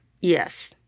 Yes